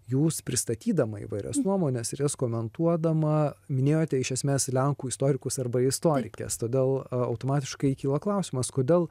jūs pristatydama įvairias nuomones ir jas komentuodama minėjote iš esmės lenkų istorikus arba istorikes todėl automatiškai kyla klausimas kodėl